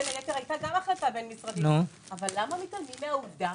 בין היתר הייתה גם החלטה בין-משרדית אבל למה לא תובא העובדה